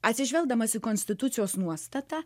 atsižvelgdamas į konstitucijos nuostatą